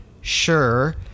sure